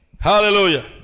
Hallelujah